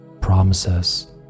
promises